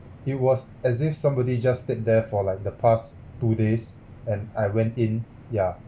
it was as if somebody just stayed there for like the past two days and I went in ya